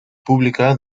pública